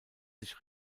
sich